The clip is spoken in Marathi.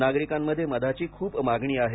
नागरिकांमध्ये मधाची खूप मागणी आहे